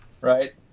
right